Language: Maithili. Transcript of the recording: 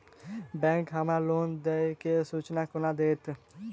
बैंक हमरा लोन देय केँ सूचना कोना देतय?